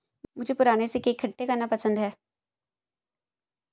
मुझे पूराने सिक्के इकट्ठे करना पसंद है